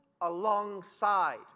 alongside